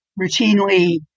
routinely